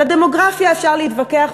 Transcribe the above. על הדמוגרפיה אפשר להתווכח,